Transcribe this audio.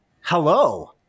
Hello